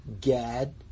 Gad